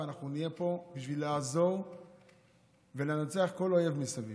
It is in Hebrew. ואנחנו נהיה פה בשביל לעזור ולנצח כל אויב מסביב,